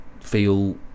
feel